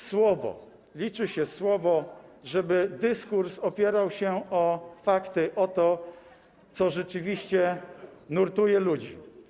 Słowo, liczy się słowo, to, żeby dyskurs opierał się o fakty, o to, co rzeczywiście nurtuje ludzi.